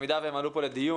במידה והם עלו פה לדיון.